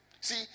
See